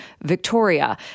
Victoria